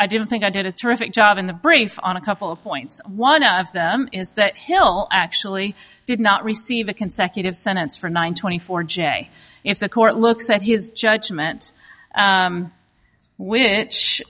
i didn't think i did a terrific job in the brief on a couple of points one of them is that hill actually did not receive a consecutive sentence for nine twenty four j if the court looks at his judgment which